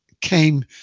came